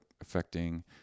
affecting